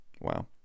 Wow